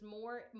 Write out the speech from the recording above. more